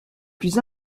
plus